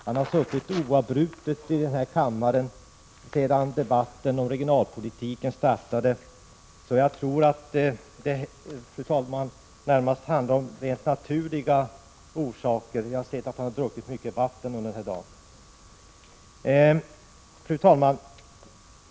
Han har suttit oavbrutet i kammaren sedan debatten om regionalpolitiken började, och jag tror att han av naturliga orsaker lämnade kammaren — han har druckit mycket vatten under dagen. Fru talman!